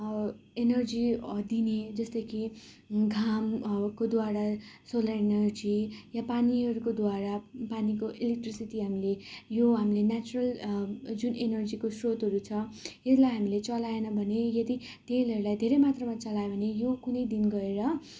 energy दिने जस्तै कि घामको द्वारा सोलर इनर्जी या पानीहरूको द्वारा पानीको इलेक्ट्रिसिटी हामीले यो हामी नेचरल जुन इनर्जीको स्रोतहरू छ यसलाई हामी चलाएनौँ भने यदि तेलहरूलाई धेरै मात्रामा चलायौँ भने यो कुनै दिन गएर